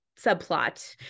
subplot